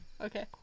Okay